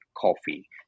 coffee